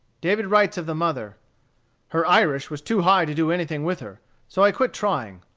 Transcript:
david writes of the mother her irish was too high to do anything with her so i quit trying.